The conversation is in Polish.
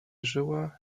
żyła